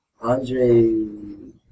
Andre